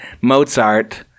Mozart